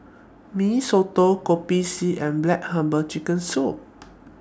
Mee Soto Kopi C and Black Herbal Chicken Soup